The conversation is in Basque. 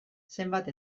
zenbat